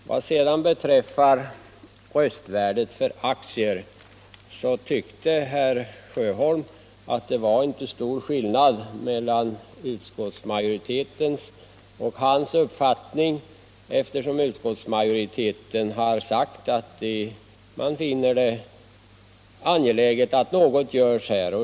Vad sedan beträffar röstvärdet för aktier tyckte herr Sjöholm att det inte är stor skillnad mellan utskottsmajoritetens och hans uppfattning, eftersom utskottsmajoriteten har sagt att man finner det angeläget att något görs.